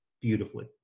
beautifully